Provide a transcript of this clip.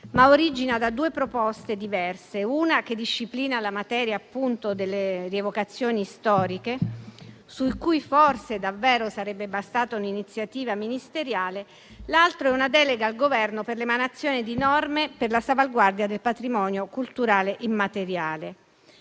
ma origina da due proposte diverse: una disciplina la materia, appunto, delle rievocazioni storiche, su cui forse davvero sarebbe bastata un'iniziativa ministeriale; l'altra è una delega al Governo per l'emanazione di norme per la salvaguardia del patrimonio culturale immateriale,